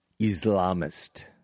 Islamist